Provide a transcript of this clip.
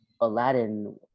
aladdin